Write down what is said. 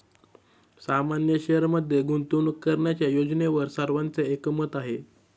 सामान्य शेअरमध्ये गुंतवणूक करण्याच्या योजनेवर सर्वांचे एकमत आहे